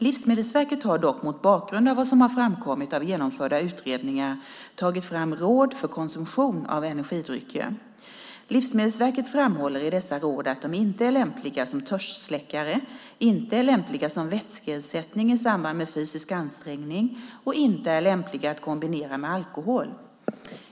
Livsmedelsverket har dock mot bakgrund av vad som framkommit av genomförda utredningar tagit fram råd för konsumtion av energidrycker. Livsmedelsverket framhåller i dessa råd att de inte är lämpliga som törstsläckare, inte är lämpliga som vätskeersättning i samband med fysisk ansträngning och inte är lämpliga att kombinera med alkohol.